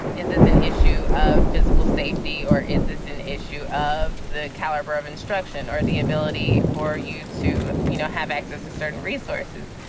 is this an issue of physical safety or is this an issue of the caliber of instruction or the ability for you to, you know, have access to certain resources?